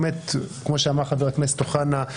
כמו שאמר חבר הכנסת אוחנה,